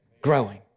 Growing